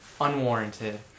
unwarranted